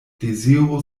deziru